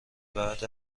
بعد